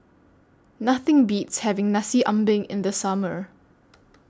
Nothing Beats having Nasi Ambeng in The Summer